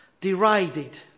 Derided